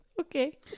okay